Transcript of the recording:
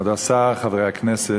כבוד השר, חברי הכנסת,